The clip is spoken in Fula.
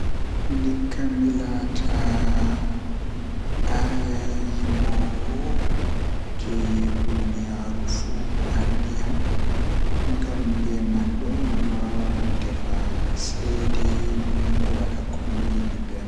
Ndikka mi laata kala ndeere njannoodo walla ndeere jannayirde, miɗo ɗonnoo ndeere njannoodo. Njannoodo waɗi eɗe mooƴƴo e no waɗɗi hajeji ɓurɗe e jammaaji ngal. So mi waɗi njannoodo, miɗo waawi waɗde feere njoɓɓe ngam waɗde ngal